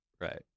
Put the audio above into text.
Right